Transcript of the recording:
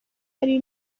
hari